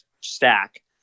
stack